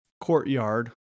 courtyard